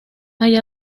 allá